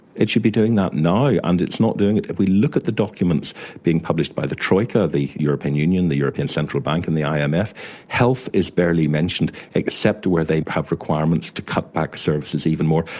it should be doing that now, and it's not doing it. if we look at the documents being published by the troika the european union, the european central bank and the um imf health is barely mentioned except where they have requirements to cut back services even more.